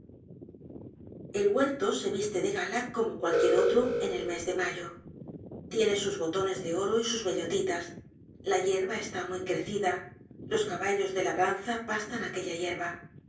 el huerto se viste de gala como cualquier otro en el mes de mayo tiene sus botones de oro y sus bellotitas la yerba está muy crecida los caballos de labranza pastan aquella yerba